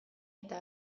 eta